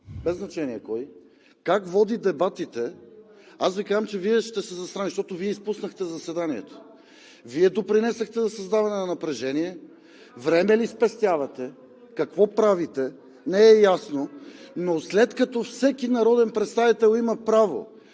без значение кой, как води дебатите, аз Ви казвам, че Вие ще се засрамите, защото Вие изпуснахте заседанието. Вие допринесохте за създаване на напрежение. Време ли спестявате, какво правите – не е ясно, но след като всеки народен представител има право